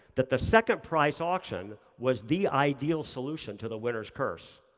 that the second price auction was the ideal solution to the winner's curse.